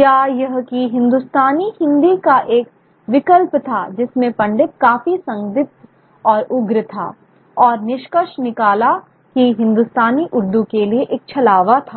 या यह कि हिन्दुस्तानी हिंदी का एक विकल्प था जिसमें पंडित काफी संदिग्ध और उग्र था और निष्कर्ष निकाला कि हिंदुस्तानी उर्दू के लिए एक छलावा था